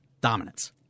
dominance